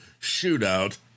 shootout